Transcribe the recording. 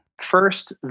First